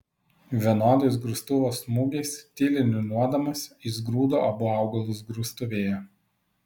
vienodais grūstuvo smūgiais tyliai niūniuodamas jis grūdo abu augalus grūstuvėje